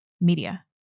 media